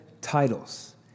titles